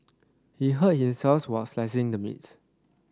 he hurt while slicing the meat